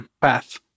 path